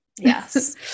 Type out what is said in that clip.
Yes